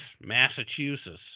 Massachusetts